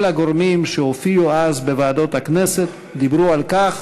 כל הגורמים שהופיעו אז בוועדות הכנסת דיברו על כך